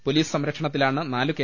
police സംരക്ഷണത്തിലാണ് നാലു K